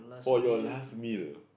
for your last meal